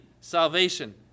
salvation